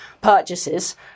purchases